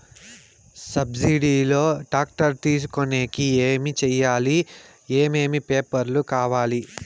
Subsidy లో tractor తీసుకొనేకి ఏమి చేయాలి? ఏమేమి పేపర్లు కావాలి?